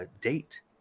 date